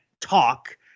talk